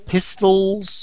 Pistols